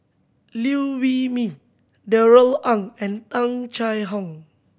Liew Wee Mee Darrell Ang and Tung Chye Hong